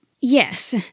yes